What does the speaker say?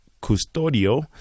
Custodio